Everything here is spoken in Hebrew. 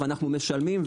ואנחנו משלמים,